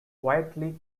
quietly